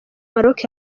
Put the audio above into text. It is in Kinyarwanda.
maroc